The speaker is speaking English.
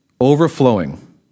Overflowing